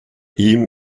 ihm